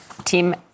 team